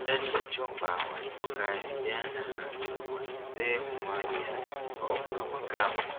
Ndani ya chumba walopokaa vijana, akiwepo na mzee mmoja wa umri wa makamu,